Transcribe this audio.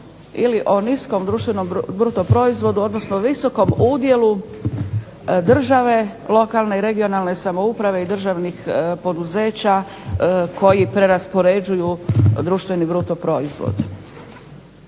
ili o niskom društvenom BDP-u odnosno visokom udjelu države, lokalne i regionalne samouprave i državnih poduzeća koji preraspoređuju BDP. Također